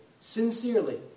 sincerely